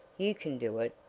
you can do it,